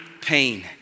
pain